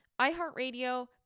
iHeartRadio